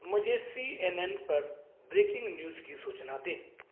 मुझे C N N पर breaking news की सूचना दें